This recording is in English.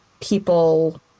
people